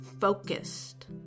focused